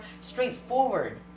straightforward